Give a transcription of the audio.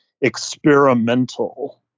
experimental